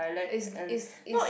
is is is